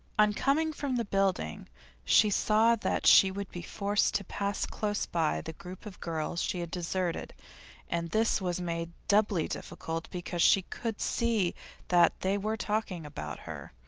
on coming from the building she saw that she would be forced to pass close by the group of girls she had deserted and this was made doubly difficult because she could see that they were talking about her.